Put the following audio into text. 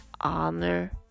honor